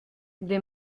des